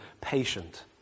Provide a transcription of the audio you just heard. patient